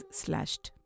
slashed।